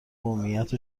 قومیت